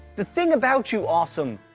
the thing about you, awesome,